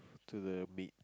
to the mate